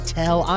tell